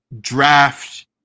draft